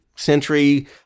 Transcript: century